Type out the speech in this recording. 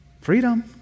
Freedom